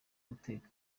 guteka